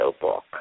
book